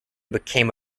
became